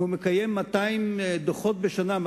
אם הוא מכין 200 דוחות בשנה,